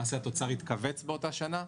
למעשה התוצר התכווץ באותה שנה.